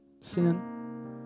sin